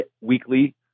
weekly